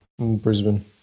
Brisbane